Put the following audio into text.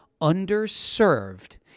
underserved